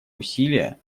усилия